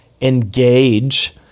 engage